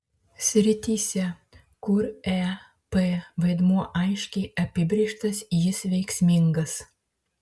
srityse kur ep vaidmuo aiškiai apibrėžtas jis veiksmingas